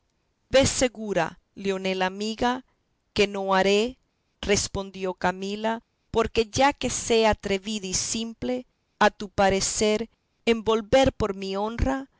ve segura leonela amiga que no haré respondió camila porque ya que sea atrevida y simple a tu parecer en volver por mi honra